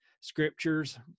scriptures